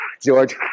george